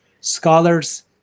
scholars